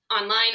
online